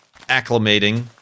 acclimating